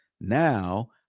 now